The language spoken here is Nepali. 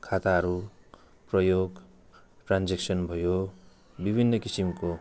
खाताहरू प्रयोग ट्रान्जेक्सन भयो विभिन्न किसिमको